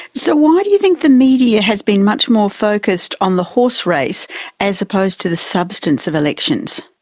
so why do you think the media has been much more focused on the horserace so as opposed to the substance of elections?